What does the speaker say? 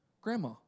Grandma